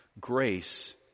Grace